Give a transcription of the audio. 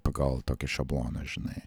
pagal tokį šabloną žinai